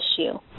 issue